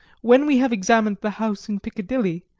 when we have examined the house in piccadilly,